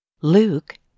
Luke